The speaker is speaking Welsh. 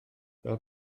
fel